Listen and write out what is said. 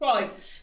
Right